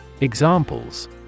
Examples